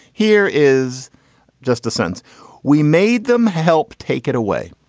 here is just a sense we made them help take it away.